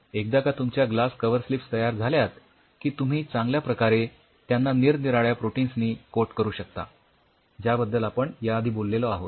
एकदा का तुमच्या ग्लास कव्हरस्लिप्स तयार झाल्यात की तुम्ही चांगल्या प्रकारे त्यांना निरनिराळ्या प्रोटिन्स नी कोट करू शकता ज्याबद्दल आपण याआधी बोललेलो आहोत